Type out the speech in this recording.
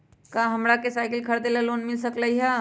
का हमरा के साईकिल खरीदे ला लोन मिल सकलई ह?